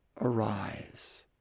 Arise